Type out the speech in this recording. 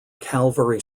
calvary